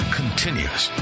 continues